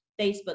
Facebook